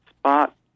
spot